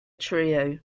trio